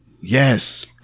yes